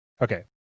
okay